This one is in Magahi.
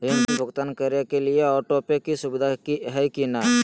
ऋण भुगतान करे के लिए ऑटोपे के सुविधा है की न?